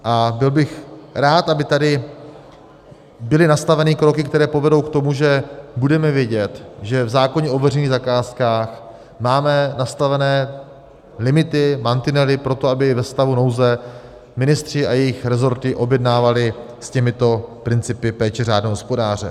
A byl bych rád, aby tady byly nastaveny kroky, které povedou k tomu, že budeme vědět, v zákoně o veřejných zakázkách máme nastavené limity, mantinely pro to, aby ve stavu nouze ministři a jejich resorty objednávali s těmito principy péče řádného hospodáře.